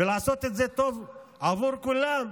ולעשות את זה טוב עבור כולם,